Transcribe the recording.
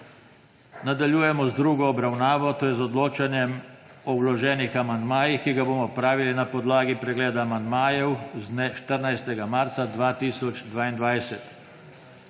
Nadaljujemo z drugo obravnavo, to je z odločanjem o vloženih amandmajih, ki ga bomo opravili na podlagi pregleda amandmajev z dne 14. marca 2022.